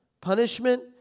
punishment